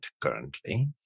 currently